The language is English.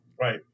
Right